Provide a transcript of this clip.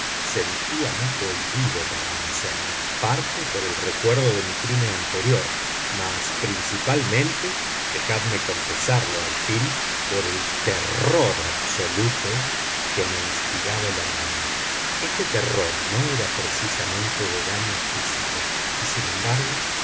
un golpe sentíame cohibido para hacerlo parte por el recuerdo de mi crimen anterior mas principalmente dejadme confesarlo al fin por el terror absoluto que me inspiraba el animal este terror no era precisamente de daño físico y sin embargo